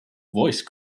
voice